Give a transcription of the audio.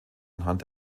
anhand